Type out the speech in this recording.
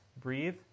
breathe